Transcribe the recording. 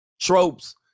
Tropes